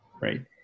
Right